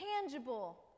tangible